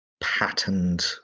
patterned